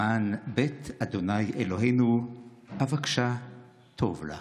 למען בית ה' אלהינו אבקשה טוב לך".